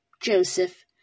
Joseph